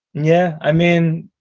yeah. i mean.